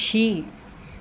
పక్షి